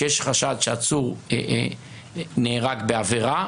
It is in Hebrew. שכשיש חשד שעצור נהרג בעבירה,